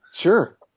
Sure